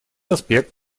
аспект